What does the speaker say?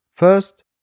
First